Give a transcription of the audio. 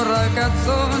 ragazzo